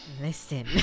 Listen